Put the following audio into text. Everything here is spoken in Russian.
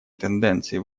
тенденции